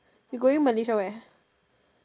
you going Malaysia where